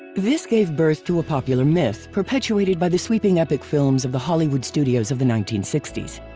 this gave birth to a popular myth, perpetuated by the sweeping epic films of the hollywood studios of the nineteen sixty s.